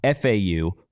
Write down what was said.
FAU